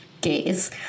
Gaze